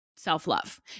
self-love